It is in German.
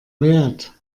wert